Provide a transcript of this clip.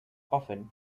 often